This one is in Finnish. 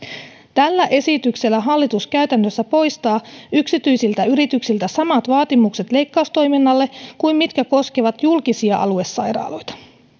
tällä esityksellä hallitus käytännössä poistaa yksityisiltä yrityksiltä samat vaatimukset leikkaustoiminnalle kuin mitkä koskevat julkisia aluesairaaloita